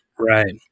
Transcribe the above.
Right